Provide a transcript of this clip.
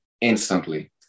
instantly